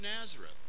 Nazareth